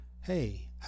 hey